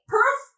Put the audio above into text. Proof